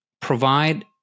provide